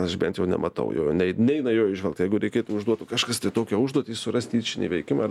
aš bent jau nematau jo nei neina jo įžvelgt jeigu reikėtų užduotų kažkas tai tokią užduotį surasti tyčinį veikimą